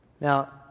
Now